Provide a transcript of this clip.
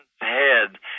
head